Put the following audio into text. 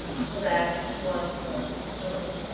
so that each one forms a syllable.